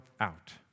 out